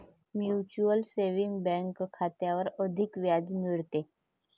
mutual saving bank खात्यावर अधिक व्याज मिळते